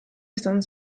izan